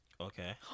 Okay